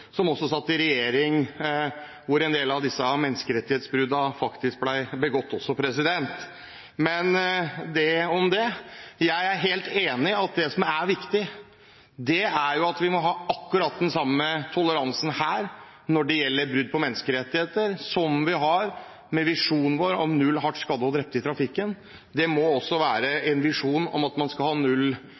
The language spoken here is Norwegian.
er viktig, er at vi må ha akkurat den samme toleransen når det gjelder brudd på menneskerettigheter her, som vi har med visjonen vår om null hardt skadde og drepte i trafikken. Vi må også ha en visjon om at man skal ha null